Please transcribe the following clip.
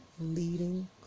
leading